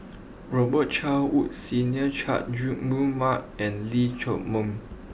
Robet Carr Woods Senior Chay Jung Mark and Lee